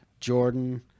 jordan